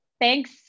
thanks